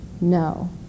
No